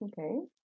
Okay